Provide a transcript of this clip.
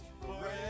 forever